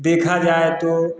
देखा जाए तो